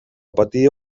patia